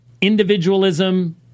individualism